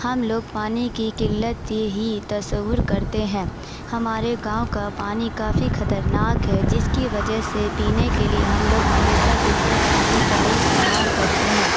ہم لوگ پانی کی قلت ہی تصور کرتے ہیں ہمارے گاؤں کا پانی کافی خطرناک ہے جس کی وجہ سے پینے کے لیے ہم لوگ ہمیشہ فلٹر پانی کا ہی استعمال کرتے ہیں